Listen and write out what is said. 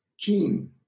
Gene